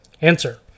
Answer